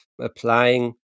applying